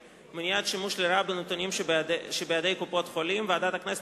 מניעת שימוש לרעה בנתונים שבידי קופות-חולים) ועדת הכנסת